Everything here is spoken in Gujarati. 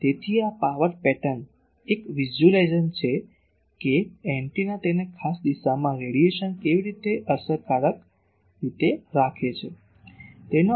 તેથી આ પાવર પેટર્ન એ એક વિઝ્યુલાઇઝેશન છે કે એન્ટેના તેને ખાસ દિશામાં રેડિયેશન કેવી રીતે અસરકારક રીતે રાખે છે